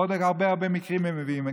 עוד הרבה הרבה מקרים כאלה הם מביאים.